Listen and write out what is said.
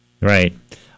Right